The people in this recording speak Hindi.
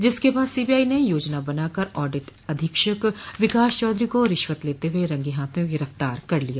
जिसके बाद सीबीआई ने योजना बना कर ऑडिट अधीक्षक विकास चौधरी को रिश्वत लेते हुए रंगे हाथों गिरफ्तार कर लिया